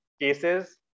cases